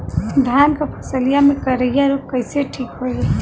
धान क फसलिया मे करईया रोग कईसे ठीक होई?